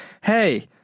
hey